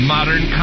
Modern